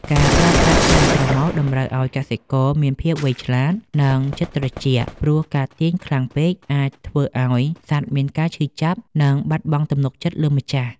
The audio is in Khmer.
ការប្រើប្រាស់ខ្សែច្រមុះតម្រូវឱ្យកសិករមានភាពវៃឆ្លាត និងចិត្តត្រជាក់ ព្រោះការទាញខ្លាំងពេកអាចធ្វើឱ្យសត្វមានការឈឺចាប់ និងបាត់បង់ទំនុកចិត្តលើម្ចាស់។